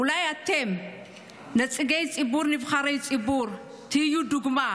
אולי אתם נציגי הציבור, נבחרי הציבור, תהיו דוגמה?